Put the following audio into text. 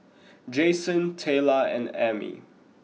Jayson Tayla and Ami